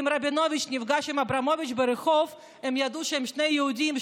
אם רבינוביץ' נפגש עם אברמוביץ' ברחוב הם ידעו שהם שני יהודים,